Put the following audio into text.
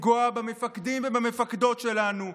לפגוע בעצמאות של בג"ץ זה לפגוע במפקדים ובמפקדות שלנו,